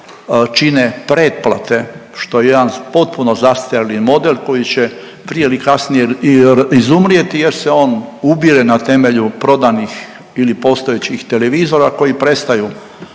čine pretplate, što je jedan potpuno zastarjeli model koji će prije ili kasnije izumrijeti jer se on ubire na temelju prodanih ili postojećih televizora koji prestaju